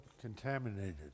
contaminated